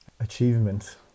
achievement